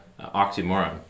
oxymoron